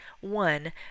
One